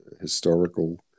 historical